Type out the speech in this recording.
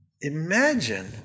imagine